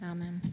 Amen